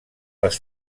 les